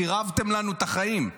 חירבתם לנו את החיים.